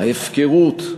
ההפקרות,